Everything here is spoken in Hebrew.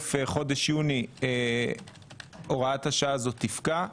בסוף חודש יוני הוראת השעה הזו תפקע,